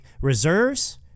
reserves